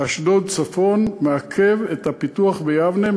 אשדוד צפון מעכב את הפיתוח ביבנה.